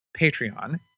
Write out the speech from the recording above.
Patreon